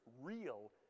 real